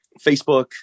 Facebook